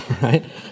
right